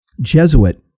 Jesuit